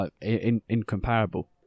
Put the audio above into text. Incomparable